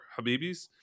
Habibis